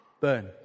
burn